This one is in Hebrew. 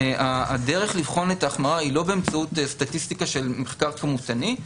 הדרך לבחון את ההחמרה היא לא באמצעות סטטיסטיקה של מחקר כמותני,